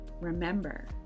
remember